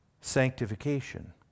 sanctification